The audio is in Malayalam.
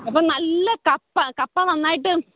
അപ്പോൾ നല്ല കപ്പ കപ്പ നന്നായിട്ട്